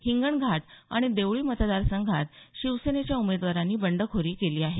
हिंगणघाट आणि देवळी मतदार संघात शिवसेनेच्या उमेदवारांनी बंडखोरी केली आहे